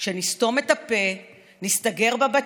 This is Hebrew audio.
שנסתום את הפה, נסתגר בבתים,